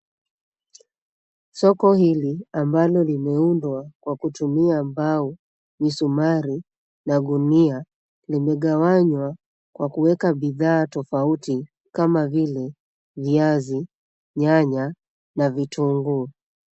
Soko hili ambalo limeundwa kwa kutumia mbao, misumari na gunia limegawanywa kwa kuwekwa bidhaa tofauti kama vile viazi, nyanya na vitunguu.